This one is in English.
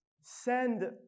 send